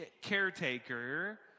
caretaker